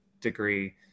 degree